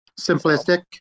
Simplistic